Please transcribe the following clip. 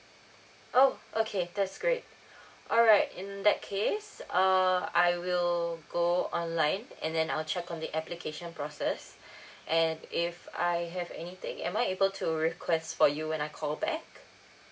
oh okay that's great alright in that case err I will go online and then I'll check on the application process and if I have anything am I able to request for you when I call back